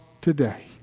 today